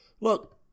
look